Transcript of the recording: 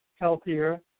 healthier